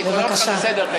אני קוראת אותך לסדר.